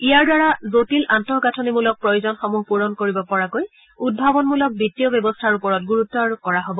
ইয়াৰ দ্বাৰা জটিল আন্তঃগাঁঠনিমূলক প্ৰয়োজনসমূহ পূৰণ কৰিব পৰাকৈ উদ্ভাৱনমূলক বিত্তীয় যোগানৰ ওপৰত গুৰুত্ব আৰোপ কৰা হ'ব